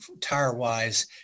tire-wise